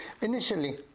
Initially